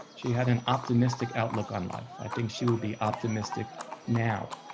she had an optimistic outlook on life. i think she would be optimistic now,